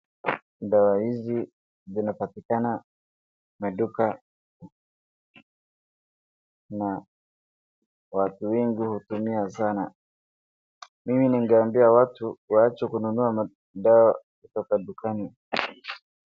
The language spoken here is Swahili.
Dawa hizi zinapatikana maduka na watu wengi hutumia sana. Mimi nigeambia watu waache kununua madawa kutoka dukani.